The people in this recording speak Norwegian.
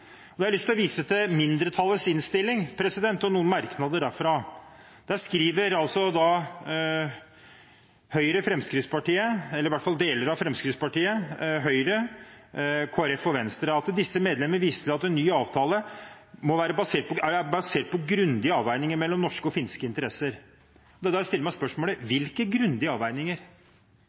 Jeg har lyst til å vise til mindretallets merknader. Der skriver Høyre og Fremskrittspartiet – eller i hvert fall deler av Fremskrittspartiet – Kristelig Folkeparti og Venstre: «Disse medlemmer viser til at en ny avtale er basert på grundige avveininger mellom norske og finske interesser.» Det er da jeg stiller meg spørsmålet: Hvilke grundige avveininger?